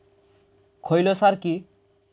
খৈল সার কি?